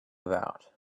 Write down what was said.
about